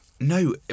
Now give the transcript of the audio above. No